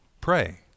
pray